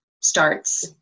starts